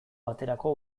baterako